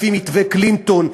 לפי מתווה קלינטון.